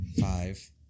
Five